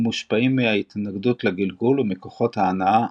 ומושפעים מההתנגדות לגלגול ומכוחות ההנעה,